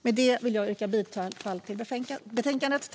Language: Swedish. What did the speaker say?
Med det yrkar jag bifall till förslaget i betänkandet.